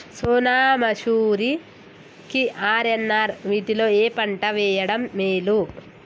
సోనా మాషురి కి ఆర్.ఎన్.ఆర్ వీటిలో ఏ పంట వెయ్యడం మేలు?